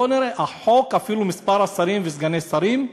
בואו נראה: החוק, אפילו מספר השרים וסגני שרים,